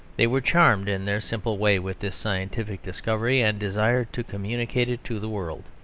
they were charmed, in their simple way, with this scientific discovery, and desired to communicate it to the world.